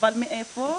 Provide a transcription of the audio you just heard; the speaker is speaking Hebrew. אבל מאיפה?